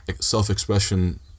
self-expression